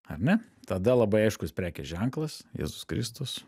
ar ne tada labai aiškus prekės ženklas jėzus kristus